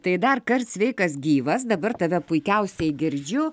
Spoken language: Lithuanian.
tai dar kart sveikas gyvas dabar tave puikiausiai girdžiu